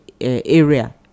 area